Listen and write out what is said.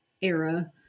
era